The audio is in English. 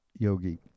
yogi